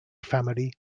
family